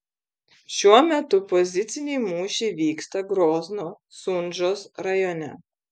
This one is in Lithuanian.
šiuo metu poziciniai mūšiai vyksta grozno sunžos rajone